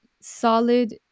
solid